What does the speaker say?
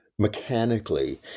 mechanically